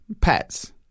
Pets